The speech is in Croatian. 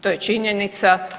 To je činjenica.